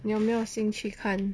你有没有兴趣看